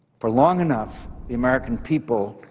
for long enough the american people,